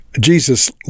Jesus